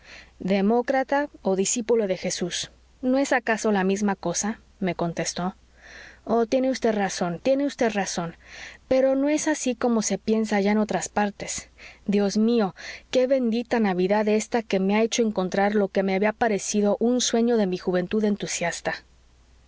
demócrata o discípulo de jesús no es acaso la misma cosa me contestó oh tiene vd razón tiene vd razón pero no es así como se piensa allá en otras partes dios mío qué bendita navidad ésta que me ha hecho encontrar lo que me había parecido un sueño de mi juventud entusiasta